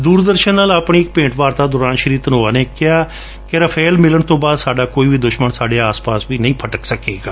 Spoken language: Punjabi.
ਦੂਰਦਰਸ਼ਨ ਨਾਲ ਆਪਣੀ ਇੱਕ ਭੇਂਟ ਵਾਰਤਾ ਦੌਰਾਨ ਸ਼ੀ ਧਨੋਆ ਨੇ ਕਿਹਾ ਕਿ ਰਾਫੇਲ ਮਿਲਣ ਤੋਂ ਬਾਅਦ ਸਾਡਾ ਕੋਈ ਵੀ ਦੁਸ਼ਮਣ ਸਾਡੇ ਆਸ ਪਾਸ ਵੀ ਨਹੀਂ ਫਟਕ ਸਕੇਗਾ